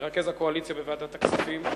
מרכז הקואליציה בוועדת הכספים,